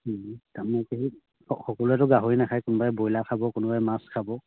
তাৰমানে কি হয় সকলোৱেতো গাহৰি নাখায় কোনোবাই ব্ৰইলাৰ খাব কোনোবাই মাছ খাব